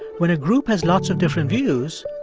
when a group has lots of different views,